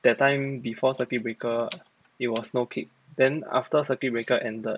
that time before circuit breaker it was no kick then after circuit breaker ended